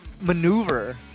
maneuver